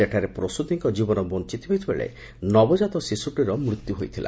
ସେଠାରେ ପ୍ରସୂତୀଙ୍କ ଜୀବନ ବଞ୍ଣଯାଇଥିବା ବେଳେ ନବଜାତ ଶିଶୁଟିର ମୃତ୍ୟୁ ହୋଇଥିଲା